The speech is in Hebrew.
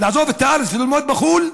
לעזוב את הארץ וללמוד בחו"ל?